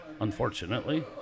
unfortunately